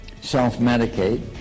self-medicate